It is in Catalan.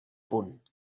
punt